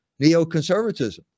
neoconservatism